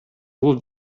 бул